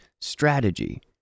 strategy